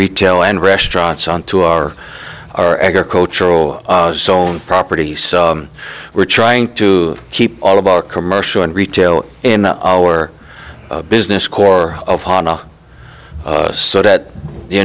retail and restaurants onto our our agricultural zone property so we're trying to keep all of our commercial and retail in our business core of hanukkah so that the